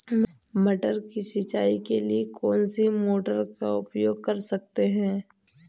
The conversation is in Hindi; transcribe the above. मटर की सिंचाई के लिए कौन सी मोटर का उपयोग कर सकते हैं?